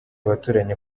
abaturanyi